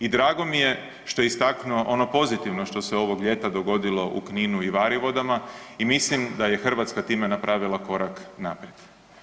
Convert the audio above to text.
I drago mi je što je istaknuo ono pozitivno što se ovog ljeta dogodilo u Kninu i Varivodama i mislim da je Hrvatska time napravila korak naprijed.